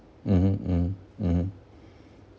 mmhmm mm mm